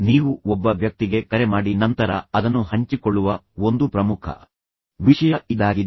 ನೀವು ಒಬ್ಬ ವ್ಯಕ್ತಿಗೆ ಕರೆ ಮಾಡಿ ನಂತರ ಅದನ್ನು ಹಂಚಿಕೊಳ್ಳುವ ಒಂದು ಪ್ರಮುಖ ವಿಷಯ ಇದಾಗಿದೆ